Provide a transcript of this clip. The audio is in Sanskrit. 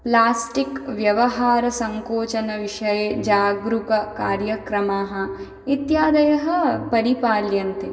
प्लास्टिक्व्यवहारसङ्कोचनविषये जागरूककार्यक्रमाः इत्यादयः परिपाल्यन्ते